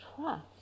trust